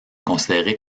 considéré